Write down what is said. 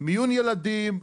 מיון ילדים,